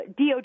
DOJ